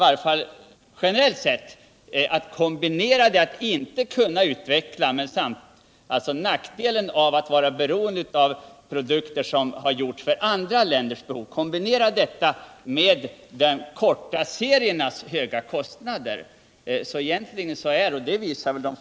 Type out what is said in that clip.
Den ger liksom import nackdelen att vara beroende av produkter som gjorts för andra länders behov, och man får nackdelen med de korta seriernas höga kostnader.